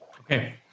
Okay